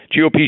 GOP